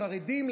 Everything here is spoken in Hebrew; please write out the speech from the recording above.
לחרדים,